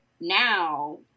now